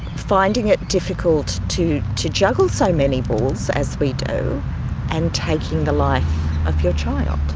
finding it difficult to to juggle so many balls as we do and taking the life of your child.